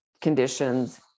conditions